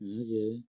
okay